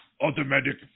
automatic